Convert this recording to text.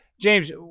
James